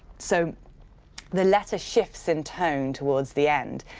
so the letter shifts in tone towards the end,